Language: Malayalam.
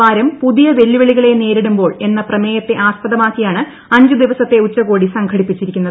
വാരം പുതിയ വെല്ലുവിളികളെ നേരിടുമ്പോൾ എന്ന പ്രമേയത്തെ ആസ്പദമാക്കിയാണ് അഞ്ചുദിവസത്തെ ഉച്ചകോടി സംഘടിപ്പിച്ചിരിക്കുന്നത്